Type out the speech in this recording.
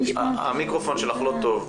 --- המיקרופון שלך לא טוב.